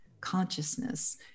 consciousness